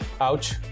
Ouch